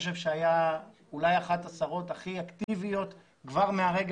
והיא אולי אחת השרות הכי אקטיביות כבר מהרגע